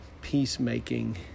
peacemaking